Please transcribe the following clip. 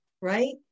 right